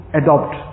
adopt